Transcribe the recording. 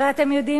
הרי אתם יודעים,